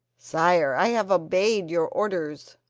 sire, i have obeyed your orders.